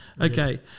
Okay